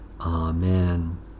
Amen